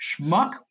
Schmuck